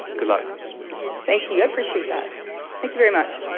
good luck thank you. i appreciate that. thank you very much